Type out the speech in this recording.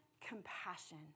compassion